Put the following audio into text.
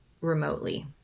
remotely